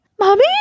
mommy